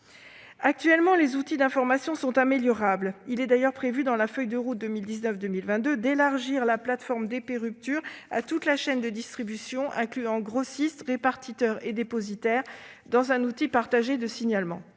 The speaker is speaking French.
Actuellement, les outils d'information sont améliorables. Il est d'ailleurs prévu dans la feuille de route 2019-2022 d'élargir la plateforme DP-Ruptures à toute la chaîne de distribution, incluant grossistes, répartiteurs et dépositaires, dans le cadre d'un outil partagé de signalement.